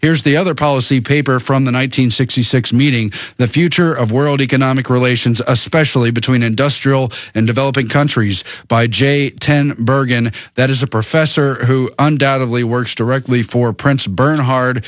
here's the other policy paper from the one nine hundred sixty six meeting the future of world economic relations especially between industrial and developing countries by j ten bergen that is a professor who undoubtedly works directly for prince bernhard